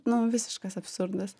nu visiškas absurdas